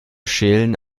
schälen